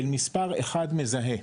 של מספר אחד מזהה.